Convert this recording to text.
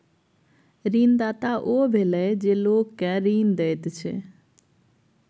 ऋणदाता ओ भेलय जे लोक केँ ऋण दैत छै